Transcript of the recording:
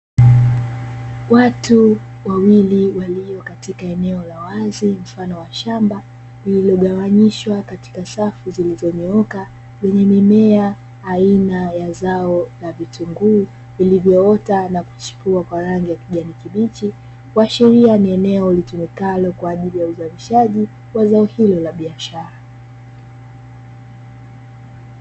Watu wawili walio katika eneo la wazi mfano wa shamba lililogawanyishwa katika Safu zilizonyooka, zenye mimea Aina ya zao la vitunguu vilivyoota na kuchipua kwa rangi ya kijani kibichi, kuashiria ni eneo litumikalo kwa ajili ya uzalishaji wa zao hilo la biashara.